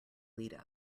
lead